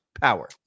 power